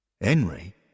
Henry